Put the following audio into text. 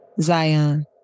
Zion